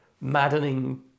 maddening